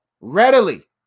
Readily